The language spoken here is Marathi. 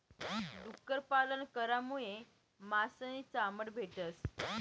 डुक्कर पालन करामुये मास नी चामड भेटस